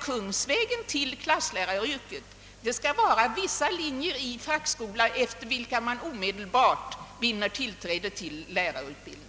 kungsvägen till klassläraryrket skall vara studier på vissa linjer i fackskolan, efter vilka man omedelbart vinner tillträde till lärarutbildning.